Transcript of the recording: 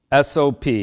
SOP